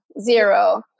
zero